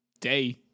day